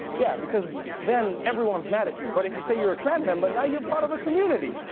yeah, because then everyone's mad at you. but if you say you're a clan member, now you're part of a community.